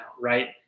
right